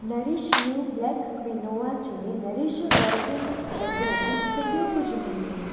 nourish You black quinoa जे Nourish Organics बदिरां मूंखे ॿियो कुझु मिलियो